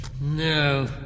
No